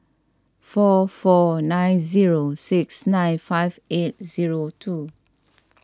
four four nine zero six nine five eight zero two